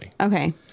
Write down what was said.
Okay